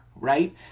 Right